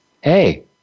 hey